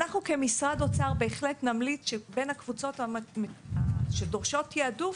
אנחנו כמשרד אוצר בהחלט נמליץ שבין הקבוצות שדורשות תיעדוף,